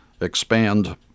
expand